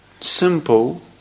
simple